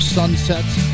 sunsets